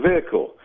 vehicle